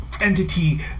entity